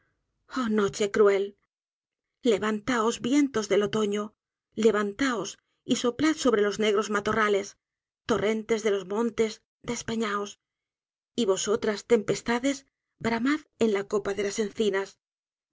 noche cruel levantaos vientos del otoño levantaos y soplad sobre los negros matorrales torrentes de los montes despeñaos y vosotras tempestades bramad en la copa de las encinas